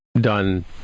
done